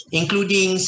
including